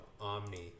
Omni